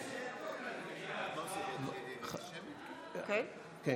חברי הכנסת של הרשימה המשותפת, זה